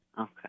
Okay